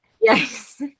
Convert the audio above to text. Yes